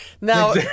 Now